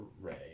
Ray